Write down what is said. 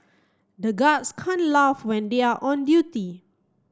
the guards can't laugh when they are on duty